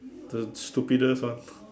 the stupidest one